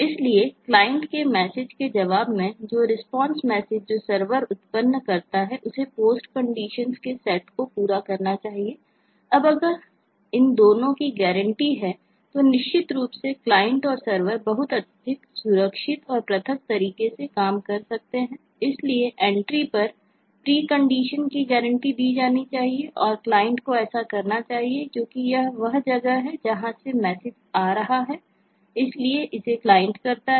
इसलिए क्लाइंट की गारंटी दी जानी चाहिए और क्लाइंट को ऐसा करना चाहिए क्योंकि यह वह जगह है जहां से मैसेज आ रहा है इसलिए इसे क्लाइंट करता है